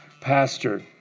pastor